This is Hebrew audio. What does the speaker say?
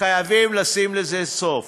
וחייבים לשים לזה סוף.